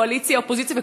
קואליציה אופוזיציה,